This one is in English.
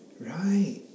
right